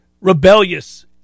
rebellious